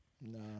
No